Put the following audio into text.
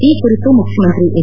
ಈ ಕುರಿತು ಮುಖ್ಯಮಂತ್ರಿ ಹೆಚ್